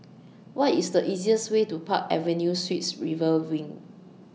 What IS The easiest Way to Park Avenue Suites River Wing